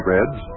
Reds